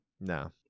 No